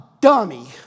dummy